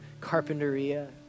Carpenteria